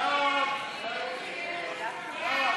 ואין לי מסך.